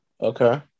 Okay